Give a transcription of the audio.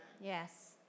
Yes